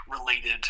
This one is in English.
related